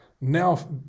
now